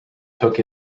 took